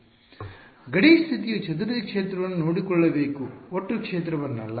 ಆದ್ದರಿಂದ ಗಡಿ ಸ್ಥಿತಿಯು ಚದುರಿದ ಕ್ಷೇತ್ರವನ್ನು ನೋಡಿಕೊಳ್ಳಬೇಕು ಒಟ್ಟು ಕ್ಷೇತ್ರವನ್ನಲ್ಲ